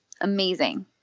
amazing